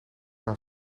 haar